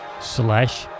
slash